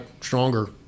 stronger